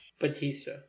Batista